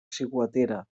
ciguatera